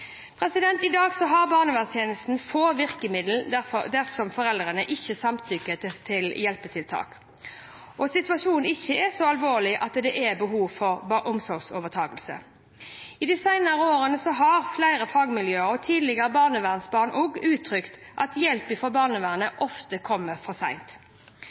hjemmet. I dag har barnevernstjenesten få virkemidler dersom foreldrene ikke samtykker til hjelpetiltak, og situasjonen ikke er så alvorlig at det er behov for omsorgsovertakelse. De senere år har flere fagmiljøer og tidligere barnevernsbarn også uttrykt at hjelpen fra barnevernet ofte kommer for